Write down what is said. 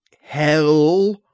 Hell